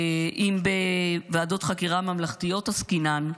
אם בוועדות חקירה ממלכתיות עסקינן,